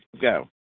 go